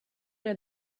know